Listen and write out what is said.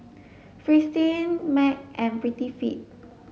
Fristine Mac and Prettyfit